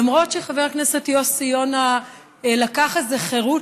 למרות שחבר הכנסת יוסי יונה לקח איזה חירות